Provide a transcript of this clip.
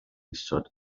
isod